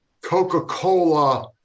Coca-Cola